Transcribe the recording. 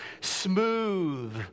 Smooth